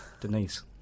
Denise